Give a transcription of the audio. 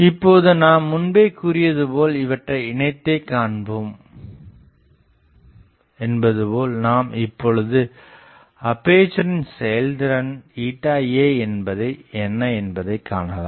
இப்போது நாம் முன்பே கூறியதுபோல் இவற்றை இணைத்தே காண்போம் என்பதுபோல் நாம் இப்பொழுது அப்பேசரின் செயல்திறன் aஎன்ன என்பதை காணலாம்